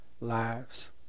lives